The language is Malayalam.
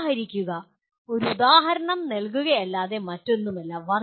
ഉദാഹരിക്കുക ഒരു ഉദാഹരണം നൽകുകയല്ലാതെ മറ്റൊന്നുമല്ല